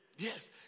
Yes